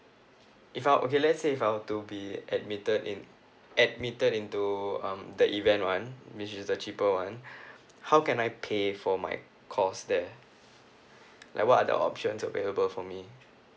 if I were okay let's say if I were to be admitted in admitted into um third event right which is the cheaper one how can I pay for my course there like what are the options available for me